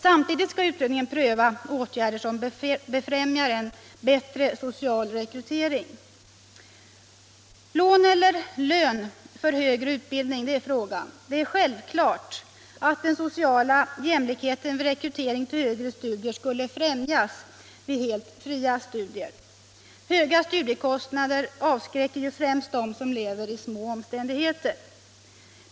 Samtidigt skall utredningen pröva åtgärder som befrämjar en bättre social rekrytering. Lån eller lön för högre utbildning — det är frågan. Det är självklart att den sociala jämlikheten vid rekrytering till högre studier skulle främjas vid helt fria studier. Höga studiekostnader avskräcker främst dem som lever i små omständigheter.